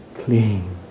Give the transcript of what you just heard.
clean